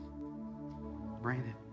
Brandon